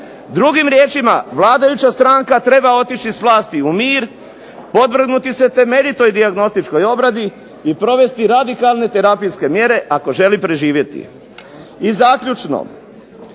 Drugim riječima vladajuća stranka treba otići s vlasti u mir, podvrgnuti se temeljitoj dijagnostičkoj obradi i provesti radikalne terapijske mjere ako želi preživjeti. I zaključno,